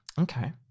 Okay